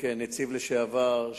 כנציב לשעבר,